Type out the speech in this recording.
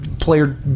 player